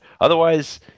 Otherwise